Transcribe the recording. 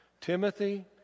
Timothy